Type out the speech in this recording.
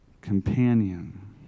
companion